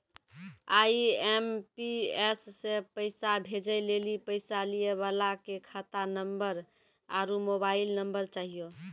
IMPS से पैसा भेजै लेली पैसा लिये वाला के खाता नंबर आरू मोबाइल नम्बर चाहियो